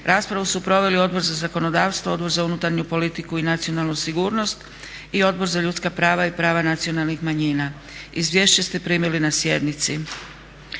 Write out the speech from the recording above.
Raspravu su proveli Odbor za zakonodavstvo, Odbor za unutarnju politiku i nacionalnu sigurnost i Odbor za ljudska prava i prava nacionalnih manjina. Izvješća ste primili na sjednici.